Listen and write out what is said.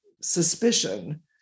suspicion